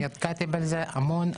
נתקלתי בזה המון.